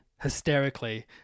hysterically